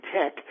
tech